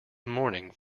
morning